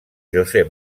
josé